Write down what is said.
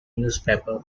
newspaper